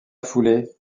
foulée